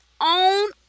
own